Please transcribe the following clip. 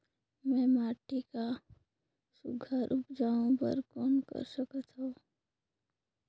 मैं माटी मा सुघ्घर उपजाऊ बर कौन कर सकत हवो?